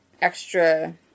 extra